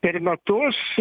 per metus